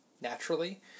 naturally